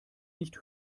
nicht